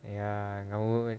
ya normal